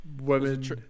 women